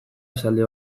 esaldi